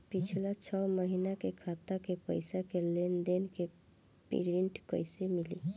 पिछला छह महीना के खाता के पइसा के लेन देन के प्रींट कइसे मिली?